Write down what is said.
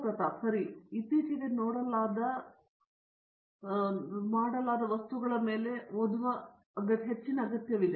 ಪ್ರತಾಪ್ ಹರಿಡೋಸ್ ಸರಿ ಬಹಳ ಇತ್ತೀಚೆಗೆ ನೋಡಲಾಗುತ್ತಿದೆ ಮತ್ತು ಎತ್ತಿಕೊಂಡು ಮಾಡಲಾದ ವಸ್ತುಗಳ ಮೇಲೆ ಹಿಡಿಯಲು ಹೆಚ್ಚು ಓದುವ ಅಗತ್ಯವಿದೆ